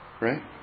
Right